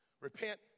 repent